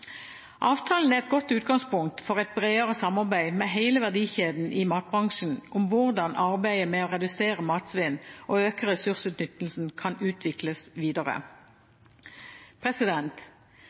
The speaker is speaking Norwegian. Avtalen er et godt utgangspunkt for et bredere samarbeid med hele verdikjeden i matbransjen om hvordan arbeidet med å redusere matsvinn og øke ressursutnyttelsen kan utvikles videre.